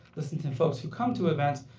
listen to folks who come to events,